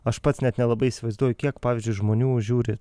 aš pats net nelabai įsivaizduoju kiek pavyzdžiui žmonių žiūri